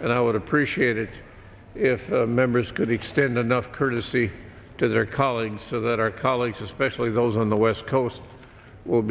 and i would appreciate it if members could extend enough courtesy to their colleagues so that our colleagues especially those on the west coast w